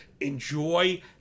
enjoy